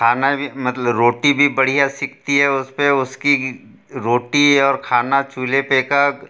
खाना भी मतलब रोटी भी बढ़िया सिकती है उसपर उसकी रोटी और खाना चूल्हे पर का